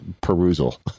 perusal